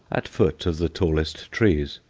at foot of the tallest trees,